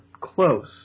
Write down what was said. close